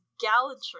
gallantry